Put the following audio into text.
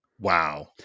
Wow